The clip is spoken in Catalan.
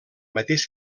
mateix